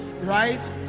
right